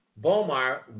Bomar